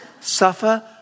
suffer